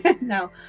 No